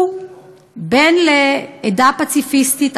הוא בן לעדה פציפיסטית,